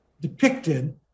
depicted